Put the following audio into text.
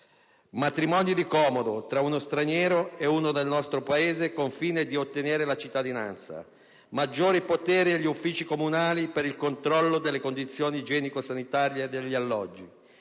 matrimoni di comodo tra uno straniero ed uno del nostro Paese con il fine di ottenere la cittadinanza; maggiori poteri agli uffici comunali per il controllo delle condizioni igienico-sanitarie degli alloggi;